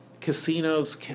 casinos